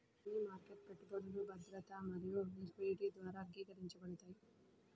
money market పెట్టుబడులు భద్రత మరియు లిక్విడిటీ ద్వారా వర్గీకరించబడతాయి